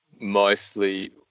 mostly